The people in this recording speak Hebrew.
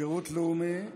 שירות לאומי,